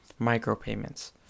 micropayments